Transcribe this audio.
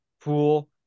pool